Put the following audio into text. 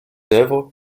œuvres